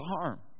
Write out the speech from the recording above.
harm